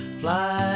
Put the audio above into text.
fly